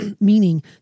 Meaning